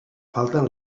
falten